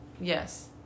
Yes